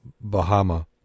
Bahama